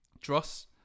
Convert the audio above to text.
Dross